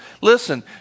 Listen